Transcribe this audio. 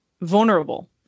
vulnerable